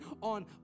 on